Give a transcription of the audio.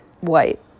white